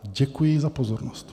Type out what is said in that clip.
Děkuji za pozornost.